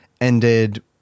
ended